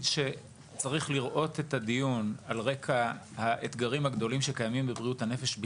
צריך לראות את הדיון על רקע האתגרים הגדולים שקיימים בבריאות הנפש,